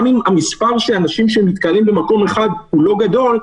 גם אם מספר האנשים שמתקהלים במקום אחד לא גדול,